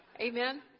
Amen